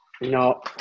No